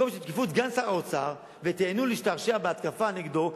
במקום שתתקפו את סגן שר האוצר ותיהנו להשתעשע בהתקפה נגדו,